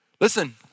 Listen